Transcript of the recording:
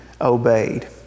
obeyed